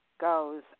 goes